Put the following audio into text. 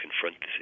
confront